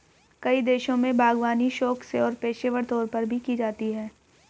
कई देशों में बागवानी शौक से और पेशेवर तौर पर भी की जाती है